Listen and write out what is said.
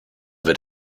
wird